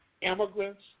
Immigrants